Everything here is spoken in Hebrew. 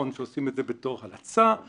ועל הדקויות שבו יצליח להוביל לתוצאה מאוזנת